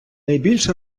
найбільш